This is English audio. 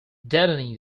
deadening